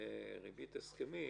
ריבית הסכמית,